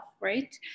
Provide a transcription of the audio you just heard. right